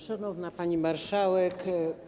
Szanowna Pani Marszałek!